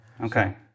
Okay